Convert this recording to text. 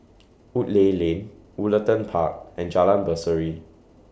Woodleigh Lane Woollerton Park and Jalan Berseri